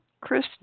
Chris